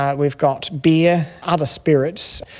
ah we've got beer, other spirits.